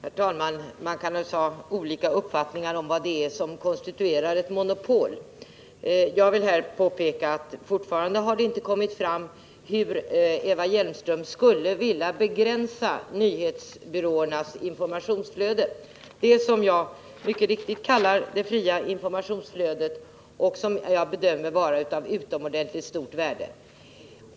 Herr talman! Man kan naturligtvis ha olika uppfattningar om vad det är som konstituerar ett monopol. Jag vill här påpeka, att fortfarande har det inte kommit fram hur Eva Hjelmström skulle vilja begränsa nyhetsbyråernas informationsflöde — det som jag mycket riktigt kallar det fria informationsflödet och som jag bedömer vara av utomordentligt stort värde.